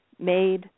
made